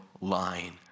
line